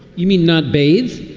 you mean not bathes.